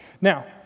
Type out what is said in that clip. Now